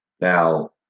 Now